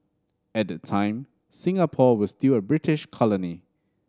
at that time Singapore was still a British colony